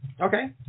Okay